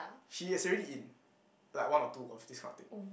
she is already in like one or two of this kind of thing